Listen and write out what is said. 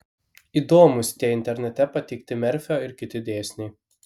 įdomūs tie internete pateikti merfio ir kiti dėsniai